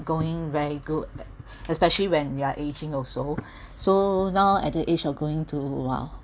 going very good especially when you're aging also so now at the age of going to !wow!